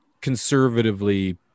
conservatively